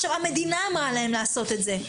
המדינה אמרה להם לעשות את זה,